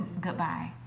Goodbye